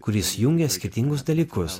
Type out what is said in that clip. kuris jungia skirtingus dalykus